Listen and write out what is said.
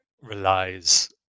relies